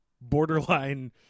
borderline